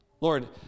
Lord